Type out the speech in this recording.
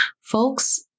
Folks